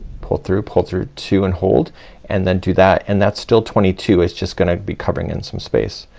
pull through, pull through two and hold and then do that and that's still twenty two. it's just gonna be covering in some space.